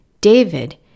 David